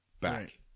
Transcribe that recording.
back